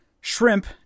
shrimp